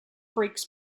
freaks